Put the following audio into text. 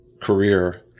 career